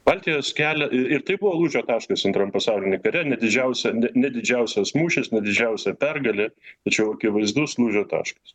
baltijos kelio ir tai buvo lūžio taškas antrajam pasauliniam kare ne didžiausią ne didžiausias mūšis didžiausia pergalė tačiau akivaizdus lūžio taškas